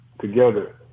together